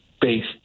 based